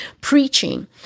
preaching